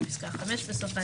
בפסקה 5 בסוף,